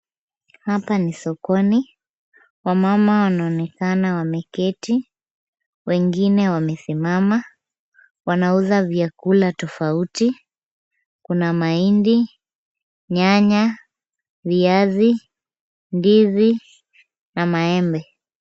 Hapa ni sokoni. Wamama wanaonekana wameketi, wengine wamesimama. Wanauza vyakula tofauti. Kuna mahindi, nyanya, viazi, ndizi na maembe.